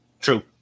true